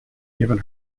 given